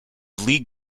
league